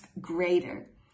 greater